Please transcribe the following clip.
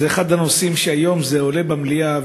זה אחד הנושאים שהיום עולים במליאה,